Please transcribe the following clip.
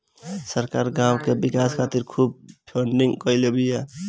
सरकार गांव के विकास खातिर खूब फंडिंग कईले बिया